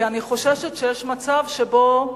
כי אני חוששת שיש מצב שבו גם